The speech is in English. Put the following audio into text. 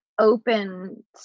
open